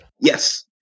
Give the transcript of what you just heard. yes